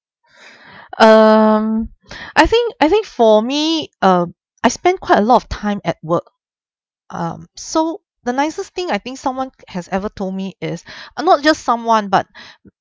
um I think I think for me uh I spend quite a lot of time at work um so the nicest thing I think someone has ever told me is uh not just someone but